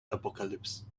apocalypse